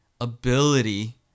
ability